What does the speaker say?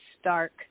stark